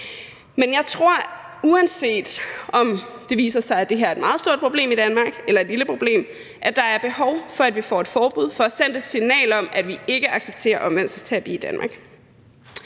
Men jeg tror, at der, uanset om det viser sig, at det her er et meget stort eller lille problem i Danmark, er behov for, at vi får et forbud og får sendt et signal om, at vi ikke accepterer omvendelsesterapi i Danmark.